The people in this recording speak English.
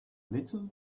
little